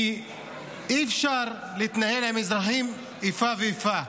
כי אי-אפשר להתנהל עם אזרחים באיפה ואיפה.